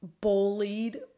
bullied